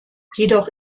jedoch